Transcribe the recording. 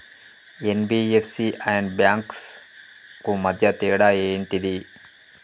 NBFC and banks కు మధ్య తేడా ఏంటిది?